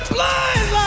Blind